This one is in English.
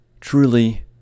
truly